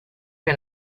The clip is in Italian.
che